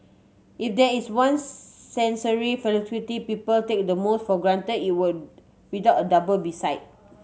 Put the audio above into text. if there is one sensory faculty people take the most for grant it would without a doubt be sight